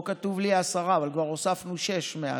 פה כתוב לי עשרה, אבל כבר הוספנו שישה מאז.